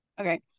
Okay